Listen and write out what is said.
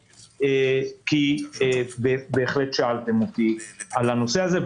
כי בהחלט שאלת אותי על הנושא הזה,